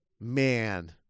Man